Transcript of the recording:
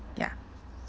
ya